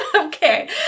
Okay